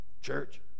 church